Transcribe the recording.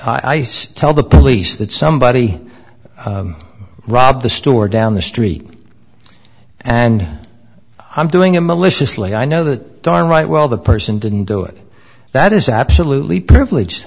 say tell the police that somebody rob the store down the street and i'm doing a maliciously i know that darn right well the person didn't do it that is absolutely privilege